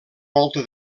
volta